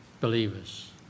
believers